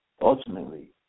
Ultimately